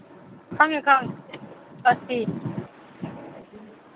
ꯈꯪꯉꯦ ꯈꯪꯉꯦ ꯑꯁꯇꯤ